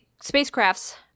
spacecraft's